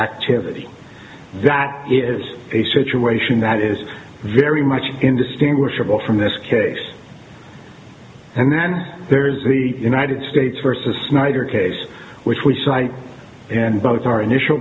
activity that is a situation that is very much indistinguishable from this case and then there is the united states versus snyder case which we cite in both our initial